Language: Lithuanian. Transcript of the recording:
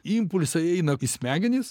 impulsai eina į smegenis